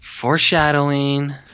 foreshadowing